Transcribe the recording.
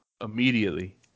immediately